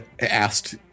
asked